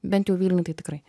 bent jau vilniuj tai tikrai